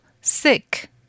Sick